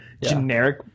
generic